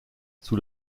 sous